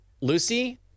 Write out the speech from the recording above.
Lucy